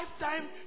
lifetime